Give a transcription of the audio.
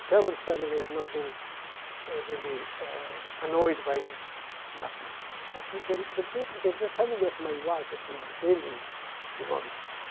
parents' family have not been really annoyed by these nazis. but the the family of my wife have been really demolished.